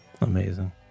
amazing